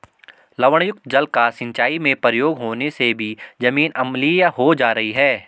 लवणयुक्त जल का सिंचाई में प्रयोग होने से भी जमीन अम्लीय हो जा रही है